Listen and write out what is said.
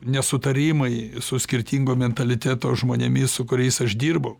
nesutarimai su skirtingo mentaliteto žmonėmis su kuriais aš dirbau